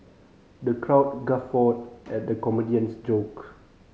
the crowd guffawed at the comedian's joke